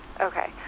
Okay